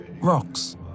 rocks